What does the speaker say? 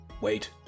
Wait